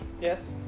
Yes